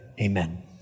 amen